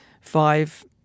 five